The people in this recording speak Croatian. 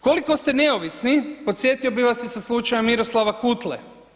Koliko ste neovisni podsjetio bih vas i sa slučajem Miroslava Kutle.